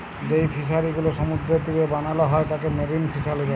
যেই ফিশারি গুলো সমুদ্রের তীরে বানাল হ্যয় তাকে মেরিন ফিসারী ব্যলে